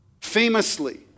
famously